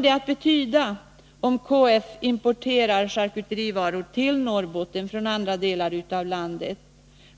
det att betyda, om KF ”importerar” charkuterivaror till Norrbotten från andra delar av landet?